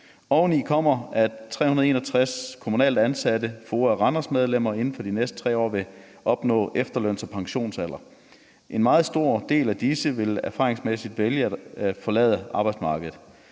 Oveni kommer, at 361 kommunalt ansatte FOA Randers-medlemmer inden for de næste 3 år vil opnå efterløns- og pensionsalder. En meget stor del af disse vil erfaringsmæssigt vælge at forlade arbejdsmarkedet.